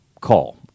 call